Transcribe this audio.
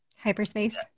Hyperspace